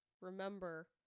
remember